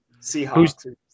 Seahawks